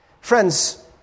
Friends